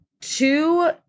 Two